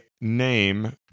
name